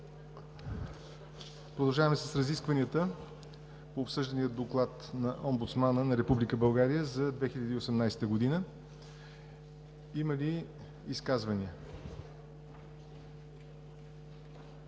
Продължаваме с разискванията по обсъждания доклад на Омбудсмана на Република България за 2018 г. Има ли изказвания?